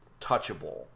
touchable